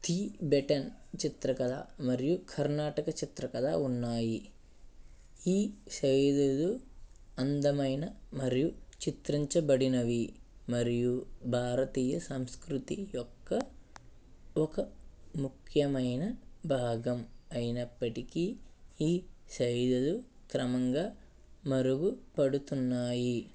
Tibetan చిత్రకలమరియు కర్ణాటక చిత్రకళ ఉన్నాయి ఈ శైలులు అందమైన మరియు చిత్రించబడినవి మరియు భారతీయ సంస్కృతి యొక్క ఒక ముఖ్యమైన భాగం అయినప్పటికీ ఈ శైలులు క్రమంగా మరుగు పడుతున్నాయి